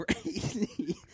crazy